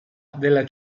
della